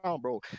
bro